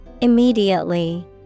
immediately